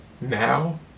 now